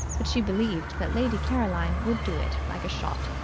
but she believed that lady caroline would do it like a shot.